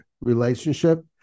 relationship